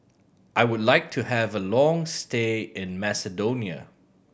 I would like to have a long stay in Macedonia